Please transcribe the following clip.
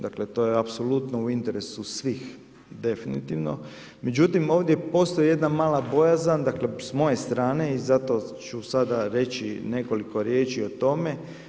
Dakle to je apsolutno u interesu svih definitivno, međutim ovdje postoji jedna mala bojazan, dakle s moje strane i zato ću sada reći nekoliko riječi o tome.